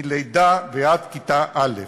מלידה עד כיתה א'.